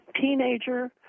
teenager